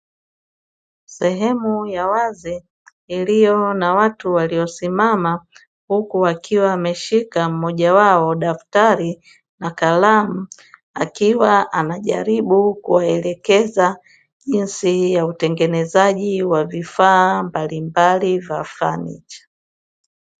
Sehemu ya wazi iliyo na watu waliosimama huku akiwa ameshika mmoja wao daftari na kalamu, akiwa anajaribu kuwaelekeza jinsi ya utengenezaji wa vifaa mbalimbali vya fanicha.